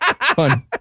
Fun